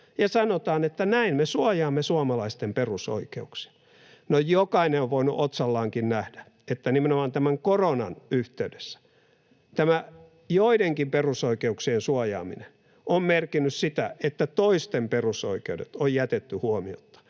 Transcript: sanotaan, että näin me suojaamme suomalaisten perusoikeuksia. No, jokainen on voinut otsallaankin nähdä, että nimenomaan tämän koronan yhteydessä joidenkin perusoikeuksien suojaaminen on merkinnyt sitä, että toisten perusoikeudet on jätetty huomiotta,